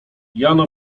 jano